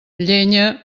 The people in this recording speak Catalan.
llenya